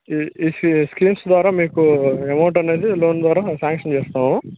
ఈ ఈ స్కీమ్స్ ద్వారా మీకు అమౌంట్ అనేది లోన్ ద్వారా మేము శాంక్షన్ చేస్తాము